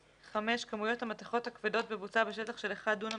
כמויות המתכות הכבדות בבוצה בשטח של 1 דונם